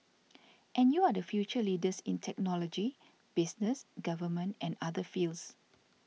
and you are the future leaders in technology business government and other fields